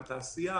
לכלכלה ולתעשייה,